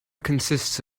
consists